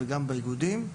וגם באיגודים.